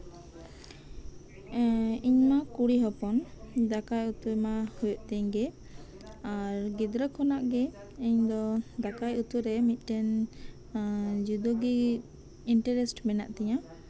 ᱤᱧ ᱢᱟ ᱠᱩᱲᱤ ᱦᱚᱯᱚᱱ ᱫᱟᱠᱟ ᱩᱛᱩ ᱢᱟ ᱦᱩᱭᱩᱜ ᱛᱤᱧ ᱜᱮ ᱟᱨ ᱜᱤᱫᱨᱟᱹ ᱠᱷᱚᱱᱟᱜ ᱜᱮ ᱤᱧ ᱫᱚ ᱫᱟᱠᱟ ᱩᱛᱩᱨᱮ ᱢᱤᱫᱴᱮᱱ ᱡᱩᱫᱟᱹ ᱜᱮ ᱤᱱᱴᱟᱨᱮᱥᱴ ᱢᱮᱱᱟᱜ ᱛᱤᱧᱟ